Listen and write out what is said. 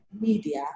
media